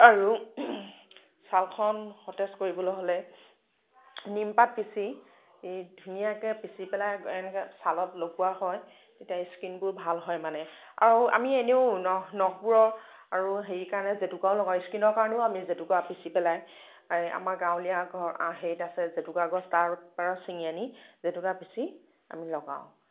আৰু ছালখন সতেজ কৰিবলৈ হ'লে নিমপাত পিচি ধুনীয়াকে পিচি পেলাই এনেকৈ ছালত লগোৱা হয় তেতিয়া স্কিনবোৰ ভাল হয় মানে আৰু আমি এনেও নখ নখবোৰৰ আৰু হেৰিৰ কাৰণে জেতুকাও লগাওঁ স্কিনৰ কাৰণেও আমি জেতুকা পিচি পেলাই আমাৰ গাঁৱলীয়া ঘৰ আ হেৰিত আছে জেতুকা গছ তাৰ পৰা চিঙি আনি জেতুকা পিচি আমি লগাওঁ